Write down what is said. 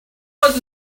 was